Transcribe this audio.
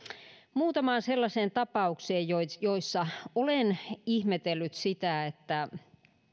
muutamaan sellaiseen tapaukseen joissa joissa olen ihmetellyt sitä että